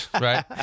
Right